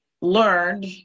learned